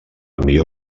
millor